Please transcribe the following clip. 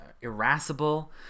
irascible